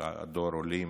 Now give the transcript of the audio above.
דור עולים